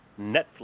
Netflix